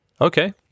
Okay